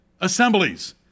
assemblies